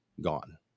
gone